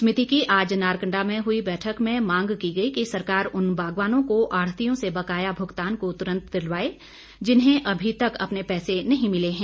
समिति की आज नारकंडा में हई बैठक में मांग की गई कि सरकार उन बागवानों को आढ़तियों से बकाया भुगतान को तुरंत दिलवाए जिन्हें अभी तक अपने पैसे नहीं मिले हैं